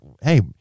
hey